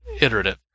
iterative